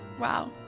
Wow